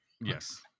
Yes